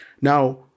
Now